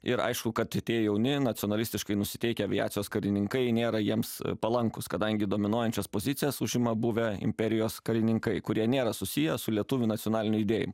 ir aišku kad tie jauni nacionalistiškai nusiteikę aviacijos karininkai nėra jiems palankūs kadangi dominuojančias pozicijas užima buvę imperijos karininkai kurie nėra susiję su lietuvių nacionaliniu judėjimu